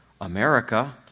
America